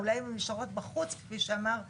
אולי אם הן היו נשארות בחוץ, כפי שאמר יוסי,